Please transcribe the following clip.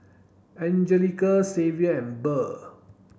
Angelica Xavier and Burr